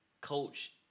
coach